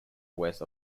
west